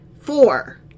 four